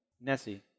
Nessie